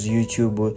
YouTube